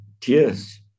Tears